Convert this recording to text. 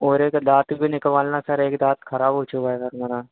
और एक दाँत भी निकलवाना था सर एक दाँत भी ख़राब हो चुका है मेरा